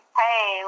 hey